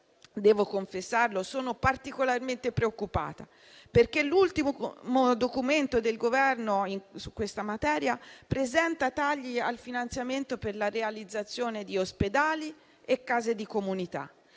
devo confessare che sono particolarmente preoccupata, perché l'ultimo documento del Governo su questa materia presenta tagli al finanziamento per la realizzazione di ospedali e case di comunità: